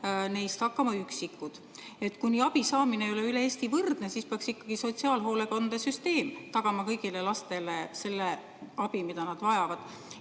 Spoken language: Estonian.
neist hakkama üksikud. Kuni abi saamine ei ole üle Eesti võrdne, siis peaks ikkagi sotsiaalhoolekandesüsteem tagama kõigile lastele selle abi, mida nad vajavad.